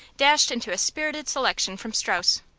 dashed into a spirited selection from strauss.